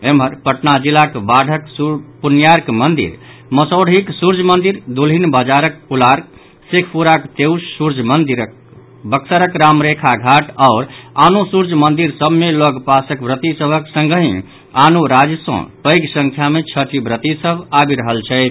एम्हर पटना जिलाक बाढ़क पुण्यार्क मंदिर मसौढ़ीक सूर्य मंदिर दुल्हिन बाजारक उलार्क शेखपुराक तेउस सूर्य मंदिर बक्सरक रामरेखा घाट आओर आनो सूर्य मंदिर सभ मे लग पासक व्रति सभक संगहि आनो राज्य सॅ पैघ संख्या मे छठि व्रति सभ आवि रहल छथि